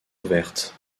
ouvertes